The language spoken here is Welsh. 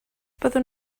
byddwn